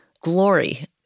Glory